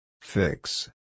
Fix